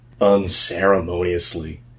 unceremoniously